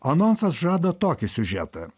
anonsas žada tokį siužetą